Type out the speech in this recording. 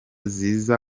ziza